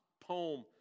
poem